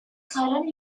current